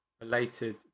related